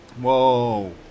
Whoa